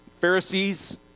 Pharisees